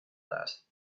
that